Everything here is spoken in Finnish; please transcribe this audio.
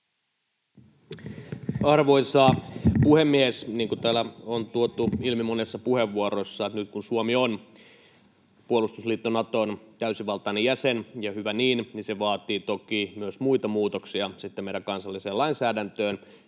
Arvoisa puhemies! Niin kuin täällä on tuotu ilmi monessa puheenvuorossa, niin nyt kun Suomi on puolustusliitto Naton täysivaltainen jäsen — ja hyvä niin — niin se vaatii sitten toki myös muita muutoksia meidän kansalliseen lainsäädäntöön